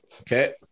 Okay